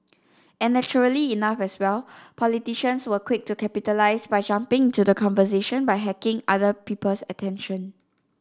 and naturally enough as well politicians were quick to capitalise by jumping into the conversation by hacking other people's attention